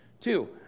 Two